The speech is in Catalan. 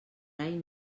any